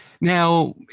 now